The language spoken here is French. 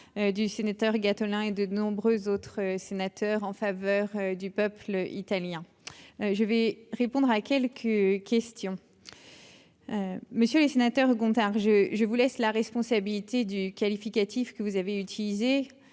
du sénateur Gattolin et de nombreuses autres sénateurs en faveur du peuple italien, je vais répondre à quelques questions, messieurs les sénateurs Gontard je je vous laisse la responsabilité du qualificatif que vous avez utilisé